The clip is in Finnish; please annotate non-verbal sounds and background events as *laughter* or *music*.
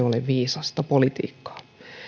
*unintelligible* ole viisasta politiikkaa